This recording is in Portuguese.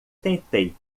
tentei